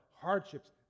Hardships